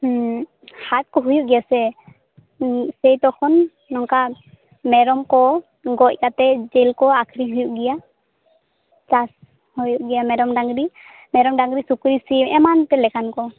ᱦᱟᱴ ᱠᱚ ᱦᱩᱭᱩ ᱜᱮᱭᱟᱥᱮ ᱛᱚᱠᱷᱚᱱ ᱚᱱᱠᱟ ᱢᱮᱨᱚᱢᱠᱚ ᱜᱚᱡ ᱠᱟᱛᱮ ᱡᱮᱞᱠᱚ ᱟᱠᱷᱨᱤᱧ ᱦᱩᱭᱩᱜ ᱜᱮᱭᱟ ᱪᱟᱥ ᱦᱚᱸ ᱦᱩᱭᱩᱜ ᱜᱮᱭᱟ ᱢᱮᱨᱚᱢ ᱰᱟᱝᱨᱤ ᱢᱮᱨᱚᱢ ᱰᱟᱝᱨᱤ ᱥᱩᱠᱨᱤ ᱥᱤᱢ ᱮᱢᱟᱱ ᱛᱮ ᱞᱮᱠᱟᱱ ᱠᱚ